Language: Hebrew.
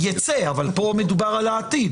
נכון, אבל אני מדבר על העתיד.